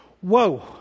whoa